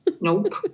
Nope